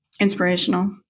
inspirational